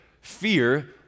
Fear